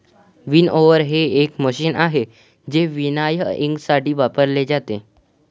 winnower हे एक machine आहे जे विनॉयइंगसाठी वापरले जाते